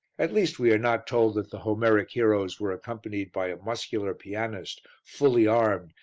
at least we are not told that the homeric heroes were accompanied by a muscular pianist, fully armed,